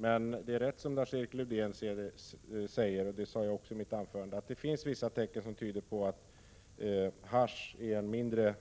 Men det är rätt som Lars-Erik Lövdén säger — det sade jag också i mitt anförande — att det finns vissa tecken som tyder på att hasch är ett mindre